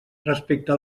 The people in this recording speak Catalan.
respecte